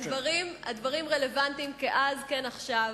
הדברים רלוונטיים כאז כן עכשיו.